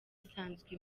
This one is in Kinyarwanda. isanzwe